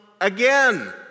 again